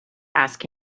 ask